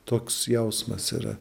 toks jausmas yra